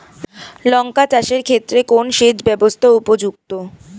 লঙ্কা চাষের ক্ষেত্রে কোন সেচব্যবস্থা উপযুক্ত?